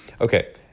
Okay